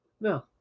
No